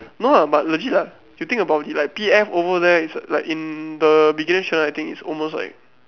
no ah but legit lah you think about it like P_F over there is like in the beginner channel I think it almost like